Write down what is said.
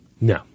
No